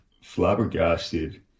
flabbergasted